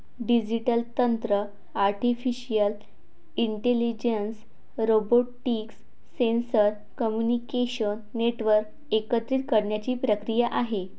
digital तंत्र artificial intelligence, robotics, sensor, communication network एकत्रित करण्याची प्रक्रिया आहे